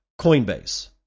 Coinbase